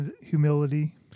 humility